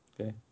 Okay